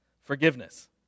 Forgiveness